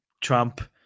Trump